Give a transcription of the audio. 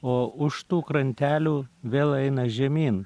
o už tų krantelių vėl eina žemyn